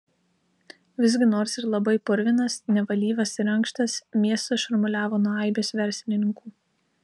visgi nors ir labai purvinas nevalyvas ir ankštas miestas šurmuliavo nuo aibės verslininkų